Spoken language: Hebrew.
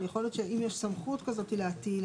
אבל יכול להיות שאם יש סמכות כזאת להטיל,